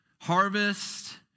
Harvest